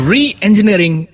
Re-engineering